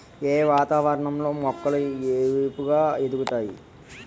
ఏ వాతావరణం లో మొక్కలు ఏపుగ ఎదుగుతాయి?